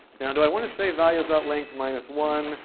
now do i want to say values length minus one,